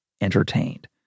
entertained